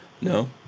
No